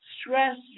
stress